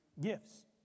gifts